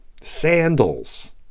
sandals